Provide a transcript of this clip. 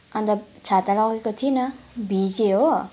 अन्त छाता लगेको थिइनँ भिजेँ हो